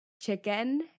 chicken